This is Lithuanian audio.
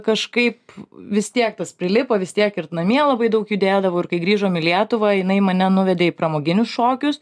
kažkaip vis tiek tas prilipo vis tiek ir namie labai daug judėdavau ir kai grįžom į lietuvą jinai mane nuvedė į pramoginius šokius